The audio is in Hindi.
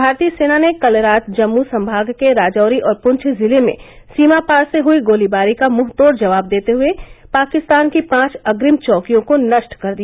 भारतीय सेना ने कल रात जम्मू संभाग के राजौरी और पुंछ जिले में सीमापार से हुई गोलीबारी का मुंहतोड़ जवाब देते हुए पाकिस्तान की पांच अप्रिम चौकियों को नष्ट कर दिया